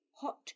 hot